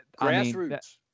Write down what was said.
Grassroots